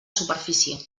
superfície